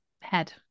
head